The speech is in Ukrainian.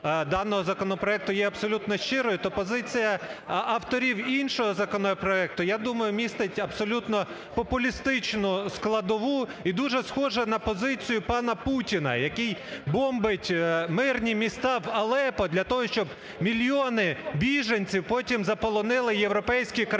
даного законопроекту є абсолютно щирою, то позиція авторів іншого законопроекту, я думаю, містить абсолютно популістичну складову. І дуже схожа на позицію пана Путіна, який бомбить мирні міста в Алеппо для того, щоб мільйони біженців потім заполонили європейські країни,